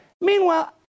Meanwhile